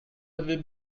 avez